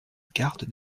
garde